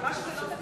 אבל מה שלא תקציבי,